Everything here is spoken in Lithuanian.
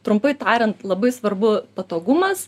trumpai tariant labai svarbu patogumas